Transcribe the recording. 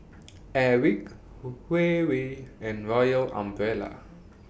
Airwick Huawei and Royal Umbrella